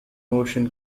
motion